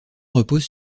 repose